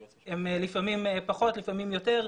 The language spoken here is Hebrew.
לפעמים הן פחות ולפעמים יותר,